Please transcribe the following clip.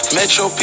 Metro